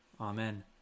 Amen